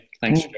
thanks